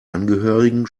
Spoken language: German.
angehörigen